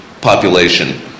population